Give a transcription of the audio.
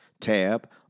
tab